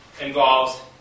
involves